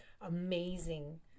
amazing